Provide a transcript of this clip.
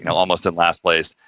you know almost in last place.